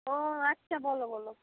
ও আচ্ছা বলো বলো